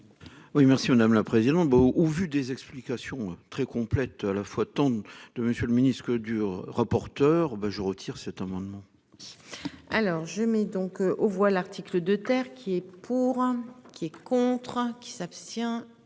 Oui merci madame la présidente. Bah au vu des explications très complète à la fois tant de Monsieur le Ministre que dure rapporteur ben je retire cet amendement. Alors je mets donc aux voix l'article de terre qui est pour. Qui est contre qui s'abstient.